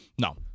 No